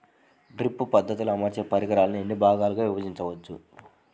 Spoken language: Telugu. డ్రిప్ పద్ధతిలో అమర్చే పరికరాలను ఎన్ని భాగాలుగా విభజించవచ్చు?